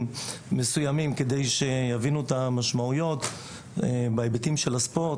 מסוימים כדי שיבינו את המשמעויות בהיבטים של הספורט,